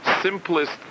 simplest